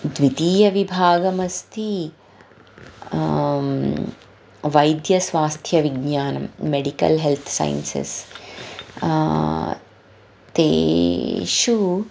द्वितीयविभागमस्ति वैद्यस्वास्थ्यविज्ञानं medical health sciences तेषु